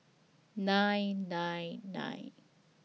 nine nine nine